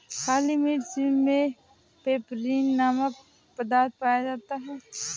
काली मिर्च मे पैपरीन नामक तत्व पाया जाता है